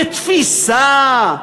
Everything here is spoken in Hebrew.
כתפיסה.